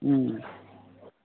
ꯎꯝ